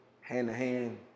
hand-to-hand